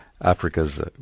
Africa's